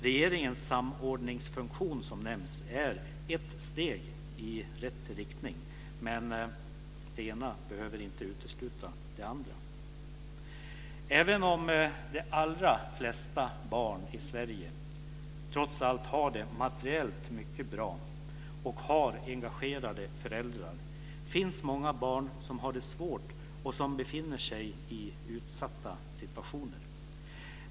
Regeringens samordningsfunktion som nämns är ett steg i rätt riktning, men det ena behöver inte utesluta det andra. Även om de allra flesta barn i Sverige trots allt har det materiellt mycket bra och har engagerade föräldrar finns det många barn som har det svårt och som befinner sig i utsatta situationer.